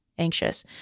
anxious